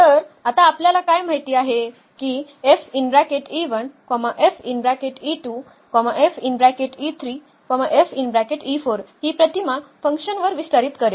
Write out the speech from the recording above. तर आता आपल्याला काय माहित आहे की ही प्रतिमा F वर विस्तारित करेल